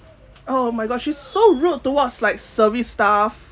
oh my god she's so rude towards like service staff